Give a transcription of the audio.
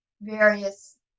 various